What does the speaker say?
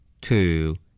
Two